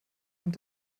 und